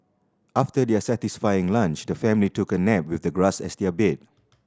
after their satisfying lunch the family took a nap with the grass as their bed